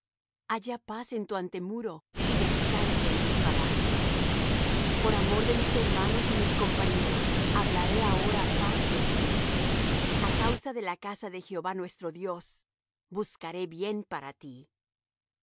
haya paz en tu antemuro y descanso en tus palacios por amor de mis hermanos y mis compañeros hablaré ahora paz de ti a causa de la casa de jehová nuestro dios buscaré bien para ti